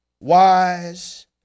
wise